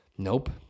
Nope